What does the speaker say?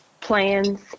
plans